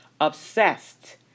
obsessed